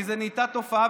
כי זאת נהייתה תופעה,